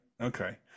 okay